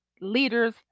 leaders